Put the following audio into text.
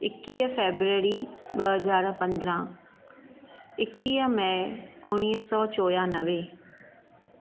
एकवीह फेबररी ॿ हज़ार पंद्रहं एकवीह मै उणिवीह सौ चोयानवे